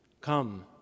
Come